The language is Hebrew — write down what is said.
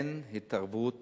אין התערבות